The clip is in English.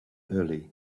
early